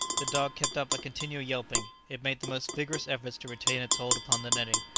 the dog kept up a continual yelping it made the most vigourous efforts to retain its hold upon the netting,